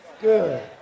Good